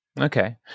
Okay